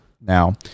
Now